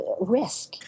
risk